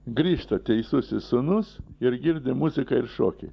grįžta teisusis sūnus ir girdi muziką ir šokį